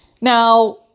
Now